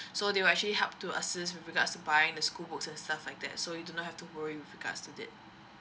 so they will actually help to assist with regards to buying the school books and stuff like that so you do not have to worry with regards to it